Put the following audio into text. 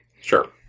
Sure